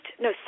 no